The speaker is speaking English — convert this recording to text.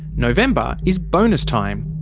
november is bonus time.